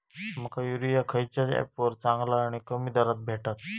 माका युरिया खयच्या ऍपवर चांगला आणि कमी दरात भेटात?